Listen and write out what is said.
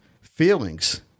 feelings